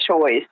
choice